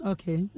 Okay